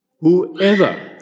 whoever